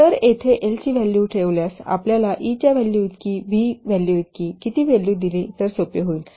तर येथे एल ची व्हॅल्यू ठेवल्यास आपल्याला ई च्या व्हॅल्यूइतकी वी व्हॅल्यूइतकी किती व्हॅल्यू दिली तर ते सोपे होईल